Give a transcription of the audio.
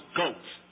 goats